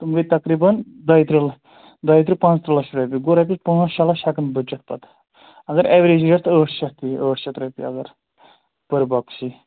تِم گٔے تقریٖباً دۄیہِ تٕرٛہ لَہ دۄیہِ تٕرٛہ پانٛژھ تٕرٛہ لَچھ رۄپیہِ گوٚو رۄپیَس پانٛژھ شےٚ لَچھ ہٮ۪کَن بٔچِتھ پَتہٕ اگر اٮ۪وریج یی اَتھ ٲٹھ شَتھ تہٕ یی ٲٹھ شَتھ رۄپیہِ اگر پٔر بۄکٕس یی